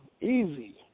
Easy